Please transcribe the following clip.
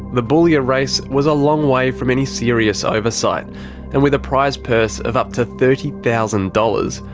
the boulia race was a long way from any serious oversight and with a prize purse of up to thirty thousand dollars,